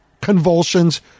convulsions